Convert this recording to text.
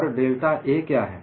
और delta A क्या है